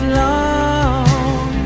long